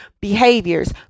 behaviors